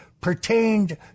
Pertained